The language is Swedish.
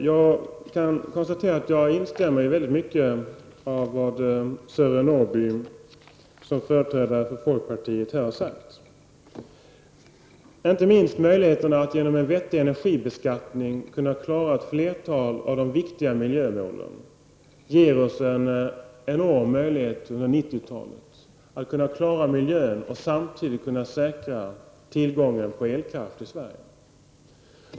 Fru talman! Jag instämmer i väldigt mycket av vad Sören Norrby som företrädare för folkpartiet här har sagt, inte minst att vettig energibeskattning ger oss en enorm möjlighet att under 90-talet klara ett flertal av de viktiga miljömålen och samtidigt säkra tillgången på elkraft i Sverige.